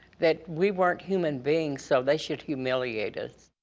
that we weren't human beings so they should humiliate us.